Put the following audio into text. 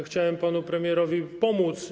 Chciałem panu premierowi pomóc.